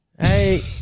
Hey